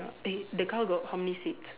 ya eh the car got how many seats